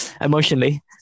Emotionally